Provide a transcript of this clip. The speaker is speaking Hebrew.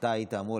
אתה היית אמור